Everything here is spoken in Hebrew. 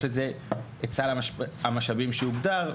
יש לזה את סל המשאבים שהוגדר,